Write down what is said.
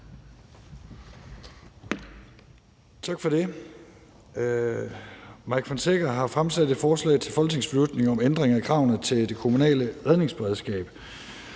Tak for det. Mike Villa Fonseca har fremsat et forslag til folketingsbeslutning om ændring af kravene til det kommunale redningsberedskab.